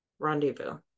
rendezvous